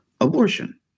abortion